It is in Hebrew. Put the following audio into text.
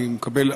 אני מקבל,